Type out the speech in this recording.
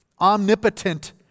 omnipotent